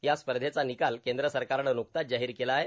या स्पर्धेचा निकाल केंद्र सरकारनं नूकताच जाहीर केला आहे